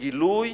לגילוי